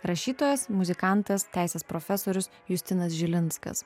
rašytojas muzikantas teisės profesorius justinas žilinskas